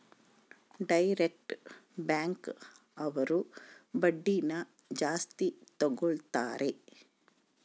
direct bank ಅವ್ರು ಬಡ್ಡಿನ ಜಾಸ್ತಿ ತಗೋತಾರೆ